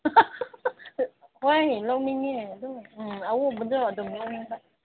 ꯍꯣꯏ ꯂꯧꯅꯤꯡꯉꯦ ꯑꯗꯨ ꯎꯝ ꯑꯎꯕꯗꯣ ꯑꯗꯨꯝ ꯂꯧꯅꯤꯡꯕ